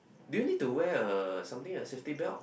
do you need to wear a something a safety belt